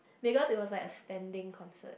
because it was like a standing concert